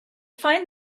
find